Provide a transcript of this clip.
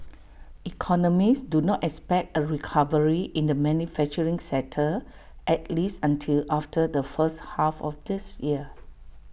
economists do not expect A recovery in the manufacturing sector at least until after the first half of this year